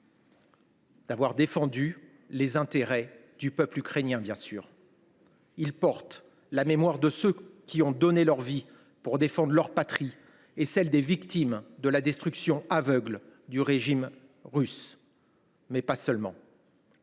D’avoir défendu les intérêts du peuple ukrainien, bien sûr. Il porte la mémoire de ceux qui ont donné leur vie pour défendre leur patrie et celle des victimes de la destruction aveugle menée par le régime russe, mais pas seulement.